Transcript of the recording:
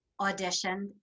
auditioned